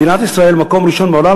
מדינת ישראל במקום ראשון בעולם,